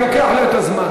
אתה גם לוקח לו את הזמן.